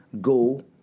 go